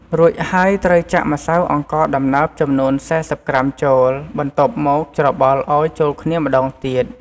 រួចហើយត្រូវចាក់ម្សៅអង្ករដំណើបចំនួន ៤០ក្រាមចូល បន្ទាប់មកច្របល់ឲ្យចូលគ្នាម្ដងទៀត។